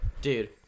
Dude